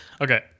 Okay